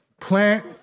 plant